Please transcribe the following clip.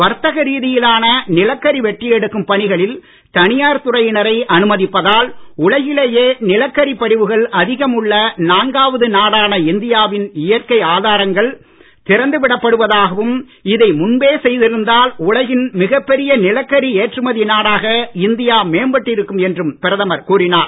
வர்த்தக ரீதியிலான நிலக்கரி வெட்டி எடுக்கும் பணிகளில் தனியார் துறையினரை அனுமதிப்பதால் உலகிலேயே நிலக்கரி படிவுகள் அதிகம் உள்ள நான்காவது நாடான இந்தியாவின் இயற்கை ஆதாரங்கள் திறந்து விடப் படுவதாகவும் இதை முன்பே செய்திருந்தால் உலகின் மிகப்பெரிய நிலக்கரி ஏற்றுமதி நாடாக இந்தியா மேம்பட்டிருக்கும் என்றும் பிரதமர் கூறினார்